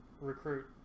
recruit